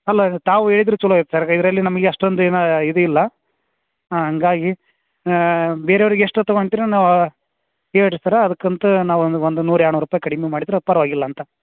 ಅಲ್ಲ ತಾವು ಹೇಳಿದ್ರೆ ಚಲೋ ಆಗಿತ್ತು ಸರ್ ಇದರಲ್ಲಿ ನಮಗೆ ಅಷ್ಟೊಂದು ಏನು ಇದಿಲ್ಲ ಹಾಂ ಹಾಗಾಗಿ ಬೇರೆಯವ್ರಿಗೆ ಎಷ್ಟು ತಗೊಳ್ತೀರ ನಾವು ಹೇಳ್ರಿ ಸರ್ ಅದಕ್ಕಂತ ನಾವೊಂದು ಒಂದು ನೂರು ಎರಡು ನೂರು ರೂಪಾಯಿ ಕಡಿಮೆ ಮಾಡಿದರೆ ಪರವಾಗಿಲ್ಲ ಅಂತ